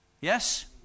Yes